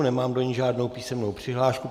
Nemám do ní žádnou písemnou přihlášku.